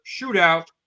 shootout